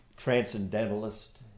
Transcendentalist